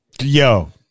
Yo